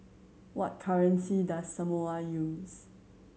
what currency does Samoa use